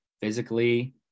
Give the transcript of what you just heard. physically